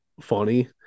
funny